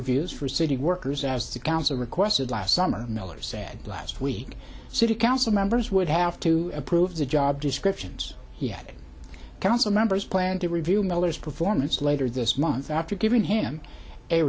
reviews for city workers as the council requested last summer miller said last week city council members would have to approve the job descriptions he had council members plan to review miller's performance later this month after giving him a